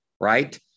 right